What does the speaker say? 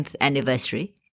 anniversary